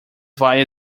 via